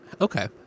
Okay